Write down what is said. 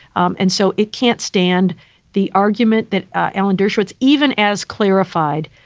um and so it can't stand the argument that alan dershowitz, even as clarified,